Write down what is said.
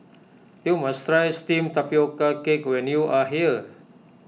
you must try Steamed Tapioca Cake when you are here